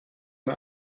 mir